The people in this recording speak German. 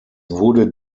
wurde